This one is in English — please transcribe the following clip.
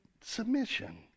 submission